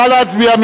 נא להצביע.